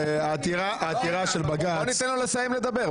העתירה של בג"צ --- בואו ניתן לו לסיים לדבר.